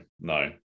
no